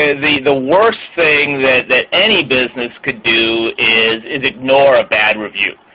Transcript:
ah the the worst thing that that any business could do is is ignore a bad review.